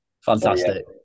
Fantastic